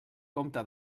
compte